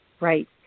right